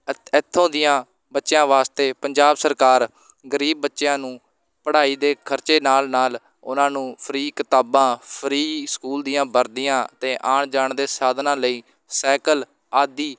ਏ ਇੱਥੋਂ ਦੀਆਂ ਬੱਚਿਆਂ ਵਾਸਤੇ ਪੰਜਾਬ ਸਰਕਾਰ ਗਰੀਬ ਬੱਚਿਆਂ ਨੂੰ ਪੜ੍ਹਾਈ ਦੇ ਖਰਚੇ ਨਾਲ ਨਾਲ ਉਹਨਾਂ ਨੂੰ ਫਰੀ ਕਿਤਾਬਾਂ ਫਰੀ ਸਕੂਲ ਦੀਆਂ ਵਰਦੀਆਂ ਅਤੇ ਆਉਣ ਜਾਣ ਦੇ ਸਾਧਨਾਂ ਲਈ ਸਾਇਕਲ ਆਦਿ